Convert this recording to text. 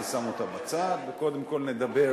אני שם אותה בצד וקודם כול נדבר,